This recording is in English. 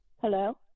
Hello